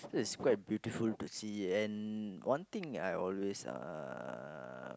it's quite beautiful to see and one thing I always uh